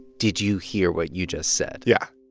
did you hear what you just said? yeah.